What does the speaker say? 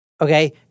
Okay